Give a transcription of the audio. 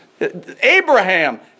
Abraham